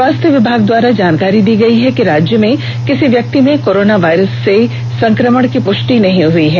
स्वास्थ्य विभाग द्वारा जानकारी दी गई है कि राज्य में किसी व्यक्ति में कोरोना वायरस से संक्रमण की प्रष्टि नहीं हुई है